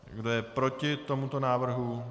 Kdo je proti tomuto návrhu?